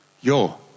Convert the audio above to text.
Yo